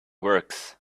works